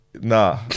nah